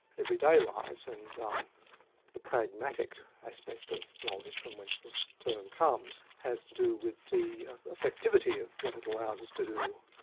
everyday lives, and um the pragmatic aspect of knowledge from whence the term comes, has to do with the effectivity of what it allows us to do,